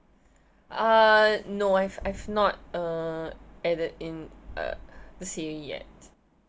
uh no I've I've not uh added in uh the C_O_E yet